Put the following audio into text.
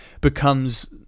becomes